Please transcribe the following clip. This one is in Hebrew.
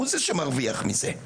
הוא זה שמרוויח מזה.